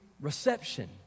reception